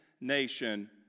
nation